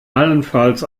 allenfalls